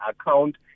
account